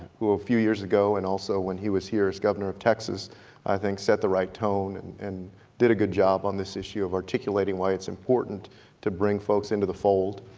who a few years ago, and also when he was here as governor of texas i think set the right tone and and did a good job on this issue of articulating why it's important to bring folks into the fold.